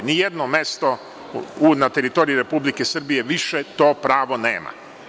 Nijedno mesto na teritoriji Republike Srbije više to pravo nema.